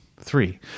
Three